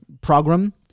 program